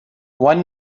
one